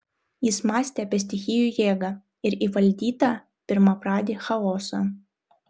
jis mąstė apie stichijų jėgą ir įvaldytą pirmapradį chaosą